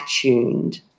attuned